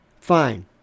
Fine